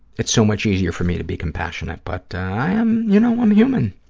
it's so much easier for me to be compassionate. but i am, you know, i'm human.